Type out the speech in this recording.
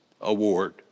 award